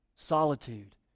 solitude